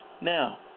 Now